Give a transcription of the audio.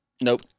Nope